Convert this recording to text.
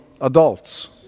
adults